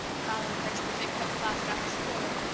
following her to the big book closet off the schoolroom,